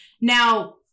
Now